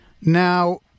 Now